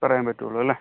പറയാൻ പറ്റുള്ളൂ അല്ലേ